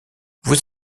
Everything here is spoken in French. vous